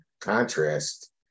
contrast